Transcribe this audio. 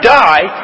die